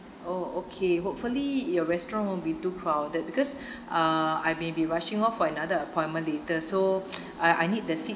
oh okay hopefully your restaurant won't be too crowded because uh I may be rushing off for another appointment later so uh I need the seat